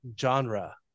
genre